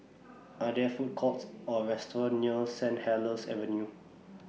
Are There Food Courts Or restaurants near Saint Helier's Avenue